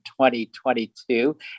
2022